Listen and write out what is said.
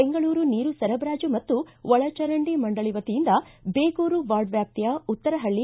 ಬೆಂಗಳೂರು ನೀರು ಸರಬರಾಜು ಮತ್ತು ಒಳಚರಂಡಿ ಮಂಡಳಿ ವತಿಯಿಂದ ಬೇಗೂರು ವಾರ್ಡ್ ವ್ಯಾಪ್ತಿಯ ಉತ್ತರಹಳ್ಳ